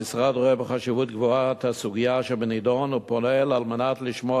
המשרד רואה בחשיבות גבוהה את הסוגיה שבנדון ופועל על מנת לשמור